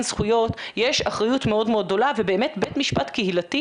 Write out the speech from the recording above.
זכויות יש אחריות מאוד גדולה ובאמת בית משפט קהילתי,